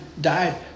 died